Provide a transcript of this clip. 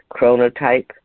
chronotype